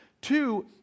Two